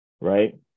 Right